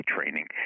training